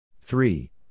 three